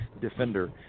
defender